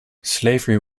slavery